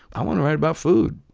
i want to write about food.